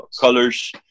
colors